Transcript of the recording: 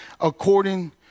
according